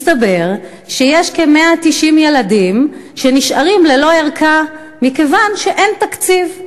מסתבר שיש כ-190 ילדים שנשארים ללא ערכה מכיוון שאין תקציב.